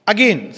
Again